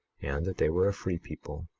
and they were a free people,